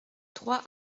trois